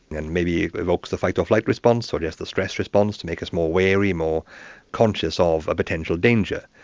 and maybe it evokes the fight or flight response or just the stress response to make us more wary, more conscious of a potential danger.